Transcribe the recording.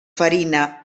farina